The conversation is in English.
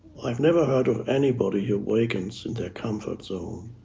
i've never heard of anybody who awakens in their comfort zone.